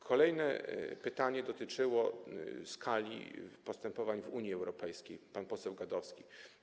Kolejne pytanie dotyczyło skali postępowań w Unii Europejskiej - pan poseł Gadowski.